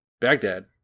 Baghdad